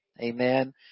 amen